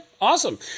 Awesome